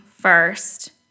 first